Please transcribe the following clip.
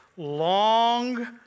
Long